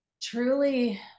truly